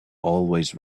always